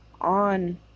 on